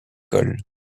cols